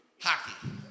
hockey